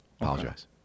Apologize